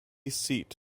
seat